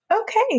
Okay